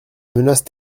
menace